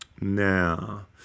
Now